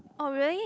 oh really